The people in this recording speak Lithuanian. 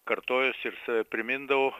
kartojosi ir save primindavo